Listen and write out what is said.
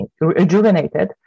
rejuvenated